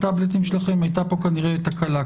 כנראה הייתה כאן תקלה.